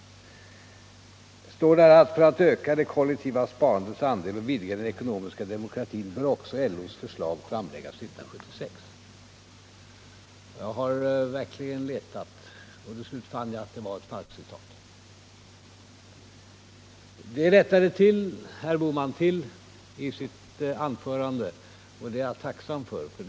Det står i interpellationen att partikongressen uttalade: ”För att öka det kollektiva sparandets andel och vidga den ekonomiska demokratin bör också LO:s förslag framläggas 1976.” Jag har verkligen letat, och till slut fann jag att det var ett falskt citat. Det rättade herr Bohman till i sitt anförande, och jag är tacksam för det.